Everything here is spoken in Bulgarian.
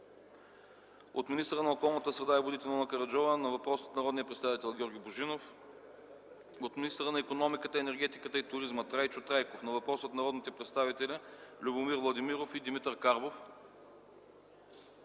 от министъра на околната среда и водите Нона Караджова на въпрос от народния представител Георги Божинов; - от министъра на икономиката, енергетиката и туризма Трайчо Трайков на въпрос от народните представители Любомир Владимиров и Димитър Карбов;